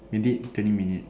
maybe twenty minute